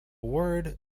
word